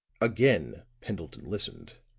again pendleton listened.